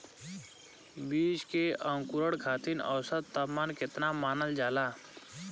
बीज के अंकुरण खातिर औसत तापमान केतना मानल जाला?